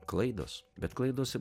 klaidos bet klaidos